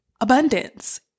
abundance